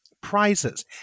prizes